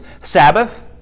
sabbath